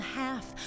half